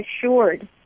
assured